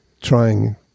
trying